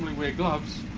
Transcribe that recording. wear gloves.